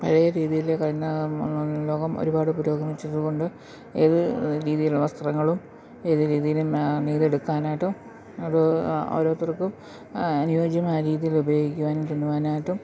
പഴയ രീതിയിൽ ലോകം ഒരുപാട് പുരോഗമിച്ചതു കൊണ്ട് ഏതു രീതിയിലോ വസ്ത്രങ്ങളും ഏതു രീതിയിലും നെയ്തെടുക്കാനായിട്ടും അത് ഓരോരുത്തർക്കും അനുയോജ്യമായ രീതിയിൽ ഉപയോഗിക്കുവാനും കൊണ്ടു പോകാനായിട്ടും